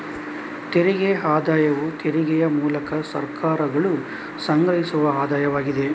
ತೆರಿಗೆ ಆದಾಯವು ತೆರಿಗೆಯ ಮೂಲಕ ಸರ್ಕಾರಗಳು ಸಂಗ್ರಹಿಸುವ ಆದಾಯವಾಗಿದೆ